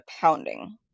pounding